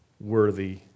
worthy